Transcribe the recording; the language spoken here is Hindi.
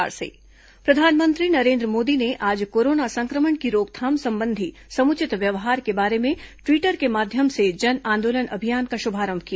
पीएम जन आंदोलन अभियान प्रधानमंत्री नरेन्द्र मोदी ने आज कोरोना संक्रमण की रोकथाम संबंधी समुचित व्यवहार के बारे में ट्वीटर के माध्यम से जन आंदोलन अभियान का शुभारम्भ किया